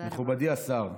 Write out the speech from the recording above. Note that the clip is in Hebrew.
תודה רבה.